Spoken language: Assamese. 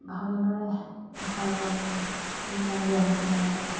ভালদৰে আহাৰ পানী যোগান দিয়া হৈছে নাই সিহঁতক